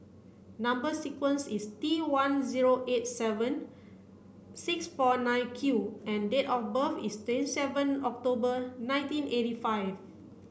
number sequence is T one zero eight seven six four nine Q and date of birth is twenty seven October nineteen eighty five